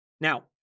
Now